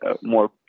more